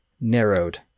narrowed